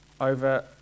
over